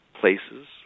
places